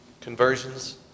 conversions